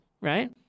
right